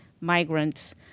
migrants